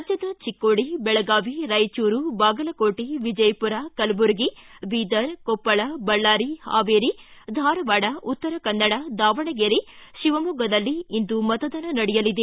ರಾಜ್ಞದ ಚಿಕ್ಕೋಡಿ ಬೆಳಗಾವಿ ರಾಯಚೂರು ಬಾಗಲಕೋಟೆ ವಿಜಯಪುರ ಕಲಬುರಗಿ ಬೀದರ್ ಕೊಪ್ಪಳ ಬಳ್ಳಾರಿ ಹಾವೇರಿ ಧಾರವಾಡ ಉತ್ತರ ಕನ್ನಡ ದಾವಣಗೆರೆ ಶಿವಮೊಗ್ಗದಲ್ಲಿ ಇಂದು ಮತದಾನ ನಡೆಯಲಿದೆ